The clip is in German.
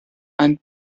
ein